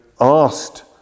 asked